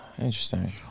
Interesting